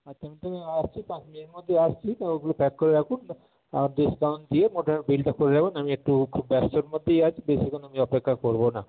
আচ্ছা আমি তবে আ আসছি পাঁচ মিনিটের মধ্যে আসছি তো ওগুলো প্যাক করে রাখুন আর ডিসকাউন্ট দিয়ে বিলটা করে রাখবেন আমি একটু খুব ব্যস্ততার মধ্যেই আছি বেশিক্ষণ আমি অপেক্ষা করব না